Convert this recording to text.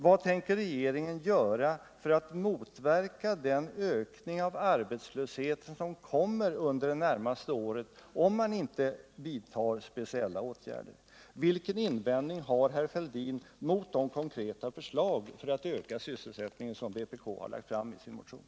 Vad tänker regeringen göra för att motverka den ökning av arbetslösheten som inträffar under det närmaste året, om man inte vidtar speciella åtgärder? Vilken invändning har herr Fälldin mot de konkreta förslag för att öka sysselsättningen som vpk har lagt fram i sin motion?